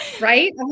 right